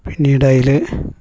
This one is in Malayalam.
പിന്നീട് അതിൽ